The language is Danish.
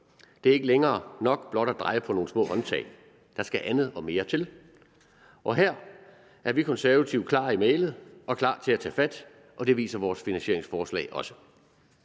Det er ikke længere nok blot at dreje på nogle små håndtag. Der skal andet og mere til. Og her er vi Konservative klare i mælet og klar til at tage fat, og det viser vores finansieringsforslag også.